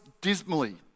dismally